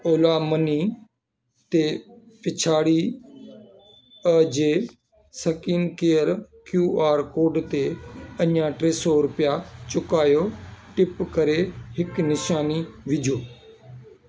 Ola money ते पिछाड़ी जे स्केन कयल कयू आर कोड ते अञा टे सौ रुपया चुकायो टिप करे हिक निशानी विझो